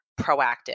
proactive